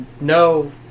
no